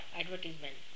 advertisement